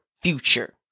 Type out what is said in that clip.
future